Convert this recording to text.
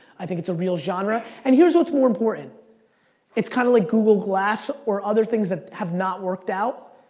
i think it's a real genre. and here's what's more important it's kinda like google glass or other things that have not worked out,